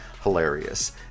hilarious